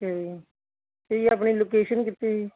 ਅੱਛਾ ਜੀ ਅਤੇ ਜੀ ਆਪਣੀ ਲੋਕੇਸ਼ਨ ਕਿੱਥੇ ਆ ਜੀ